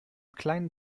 kleinen